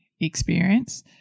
experience